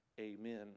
amen